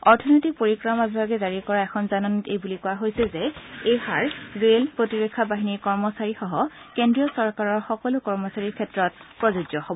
অৰ্থনৈতিক পৰিক্ৰমা বিভাগে জাৰি কৰা এখন জাননীত এই বুলি কোৱা হৈছে যে এই হাৰ ৰেল আৰু প্ৰতিৰক্ষা বাহিনীৰ কৰ্মচাৰীসহ কেন্দ্ৰীয় চৰকাৰৰ সকলো কৰ্মচাৰীৰ ক্ষেত্ৰত প্ৰযোজ্য হ'ব